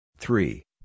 Three